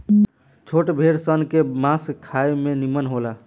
छोट भेड़ सन के मांस खाए में निमन होला